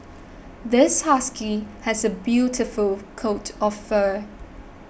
this husky has a beautiful coat of fur